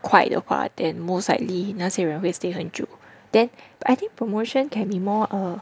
快的话 then most likely 那些人会 stay 很久 then I think promotion can be more err